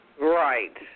Right